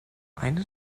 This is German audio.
eine